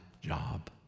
job